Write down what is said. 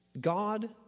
God